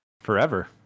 forever